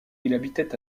habitait